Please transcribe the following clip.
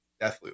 Deathloop